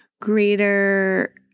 greater